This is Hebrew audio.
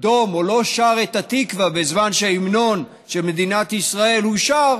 דום או לא שר את התקווה בזמן שההמנון של מדינת ישראל הושר,